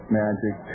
magic